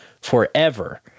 forever